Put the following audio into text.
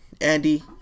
Andy